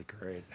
great